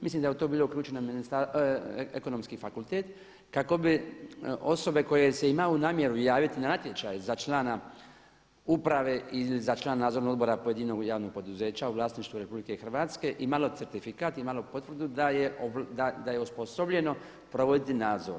Mislim da je u to bilo uključeno, ekonomski fakultet kako bi osobe koje se imaju namjeru javiti na natječaj za člana uprave i za člana nadzornog uprave pojedinog javnog poduzeća u vlasništvu RH imalo certifikat, imalo potvrdu da je osposobljeno provoditi nadzor.